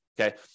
Okay